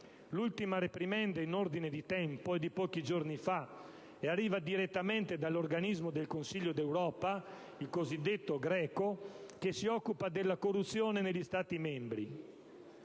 L'ultima reprimenda, in ordine di tempo, è di pochi giorni fa e arriva direttamente dall'organismo del Consiglio d'Europa, il cosiddetto GRECO, che si occupa della corruzione negli Stati membri.